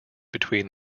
between